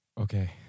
Okay